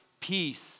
peace